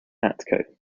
atco